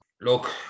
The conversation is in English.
Look